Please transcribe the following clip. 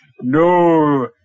No